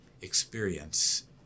experience